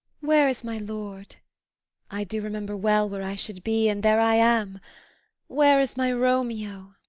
where is my lord i do remember well where i should be, and there i am where is my romeo?